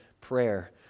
prayer